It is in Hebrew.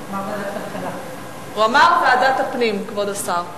הוא אמר ועדת הפנים, כבוד השר.